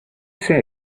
say